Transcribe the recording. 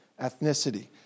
ethnicity